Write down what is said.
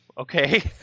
okay